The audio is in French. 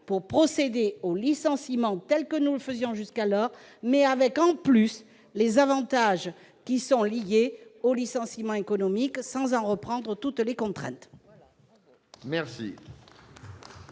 pour procéder au licenciement tel que nous le faisions jusqu'alors, mais assorti des avantages liés au licenciement économique, sans en reprendre toutes les contraintes.